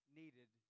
needed